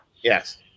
Yes